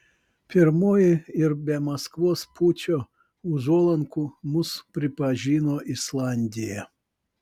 pirmoji ir be maskvos pučo užuolankų mus pripažino islandija